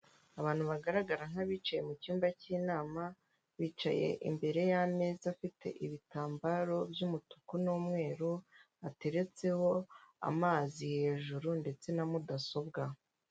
Abantu bagaragara nk'abicaye mu cyumba cy'inama, bicaye imbere y'ameza afite ibitambaro by'umutuku n'umweru, hateretseho amazi hejuru ndetse na mudasobwa.